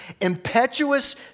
Impetuous